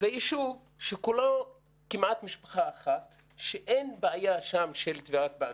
זה יישוב שכולו כמעט משפחה אחת שאין בעיה שם של תביעת בעלות,